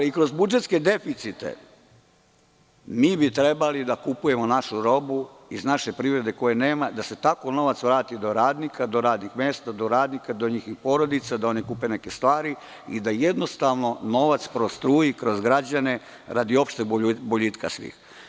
I kroz budžetske deficite trebali bi da kupujemo našu robu iz naše privrede koje nema i da se tako novac vrati do radnika, do radnih mesta, njihovih porodica da kupe neke stvari i da novac prostruji kroz građane radi opšteg boljitka svih.